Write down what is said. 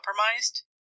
compromised